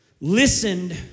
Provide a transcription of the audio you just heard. listened